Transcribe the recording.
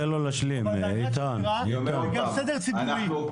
זה גם סדר ציבורי.